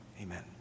amen